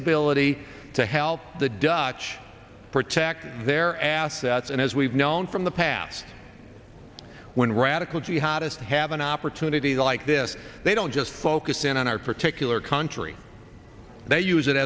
ability to help the dutch protect their assets and as we've known from the past when radical jihadists have an opportunity like the this they don't just focus in on our particular country they use it